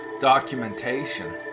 documentation